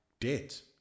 debt